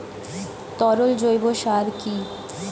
তরল জৈব সার কি?